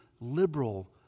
liberal